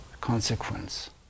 consequence